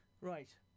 Right